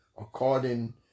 according